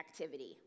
activity